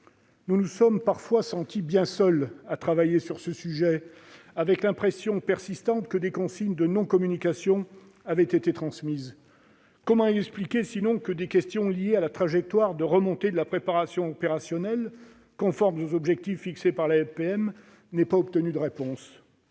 Nous nous sommes parfois sentis bien seuls à travailler sur ce sujet, sans nous défaire jamais de l'impression que des consignes de non-communication avaient été transmises. Comment expliquer autrement que des questions liées à la trajectoire de remontée de la préparation opérationnelle et à sa conformité aux objectifs fixés par la LPM n'aient pas obtenu de réponse ?